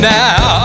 now